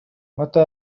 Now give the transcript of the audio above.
متى